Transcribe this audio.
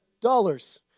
Dollars